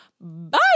Bye